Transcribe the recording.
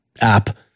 app